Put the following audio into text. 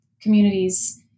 communities